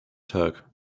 tag